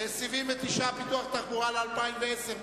סעיף 79, פיתוח התחבורה, ל-2010.